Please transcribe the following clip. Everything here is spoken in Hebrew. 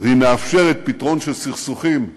והיא מאפשרת פתרון של סכסוכים בדיונים,